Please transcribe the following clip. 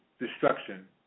destruction